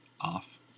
off